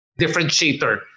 differentiator